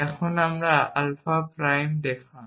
এখন Alpha Prime দেখান